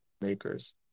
makers